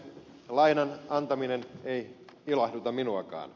lainan antaminen ei ilahduta minuakaan